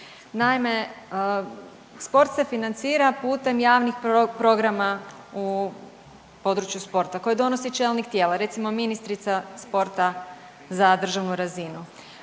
Naime, sport se financira putem javnih programa u području sporta koje donosi čelnik tijela, recimo ministrica sporta za državnu razinu,